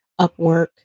Upwork